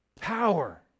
power